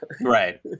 right